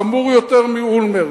חמור יותר מאולמרט,